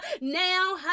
Now